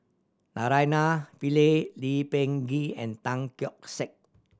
Naraina Pillai Lee Peh Gee and Tan Keong Saik